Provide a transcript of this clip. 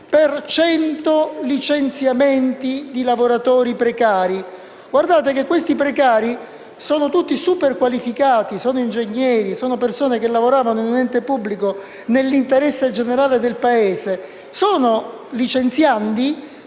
per il licenziamento di cento lavoratori precari. Si tratta di precari tutti superqualificati, come ingegneri, e di persone che lavoravano in un ente pubblico nell'interesse generale del Paese. Sono licenziandi